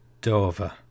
Dover